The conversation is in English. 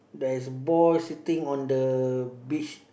there is a boy sitting on the beach